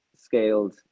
scaled